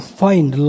find